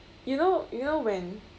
you know you know when